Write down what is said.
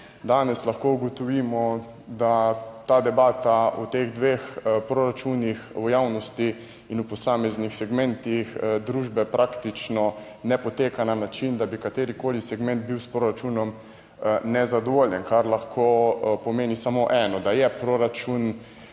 Danes lahko ugotovimo, da ta debata v teh dveh proračunih v javnosti in v posameznih segmentih družbe praktično ne poteka na način, da bi katerikoli segment bil s proračunom nezadovoljen, kar lahko pomeni samo eno, da je proračun